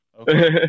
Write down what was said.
Okay